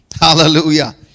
hallelujah